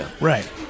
Right